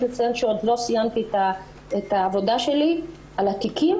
לציין שעוד לא סיימתי את העבודה שלי על התיקים